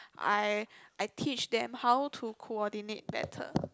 I I teach them how to coordinate better